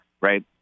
right